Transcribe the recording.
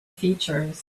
features